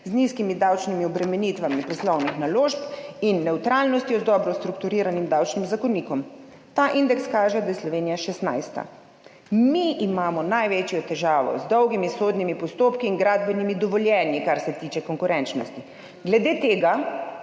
z nizkimi davčnimi obremenitvami poslovnih naložb in nevtralnostjo z dobro strukturiranim davčnim zakonikom, kaže, da je Slovenija 16. Mi imamo največjo težavo z dolgimi sodnimi postopki in gradbenimi dovoljenji, kar se tiče konkurenčnosti. Glede tega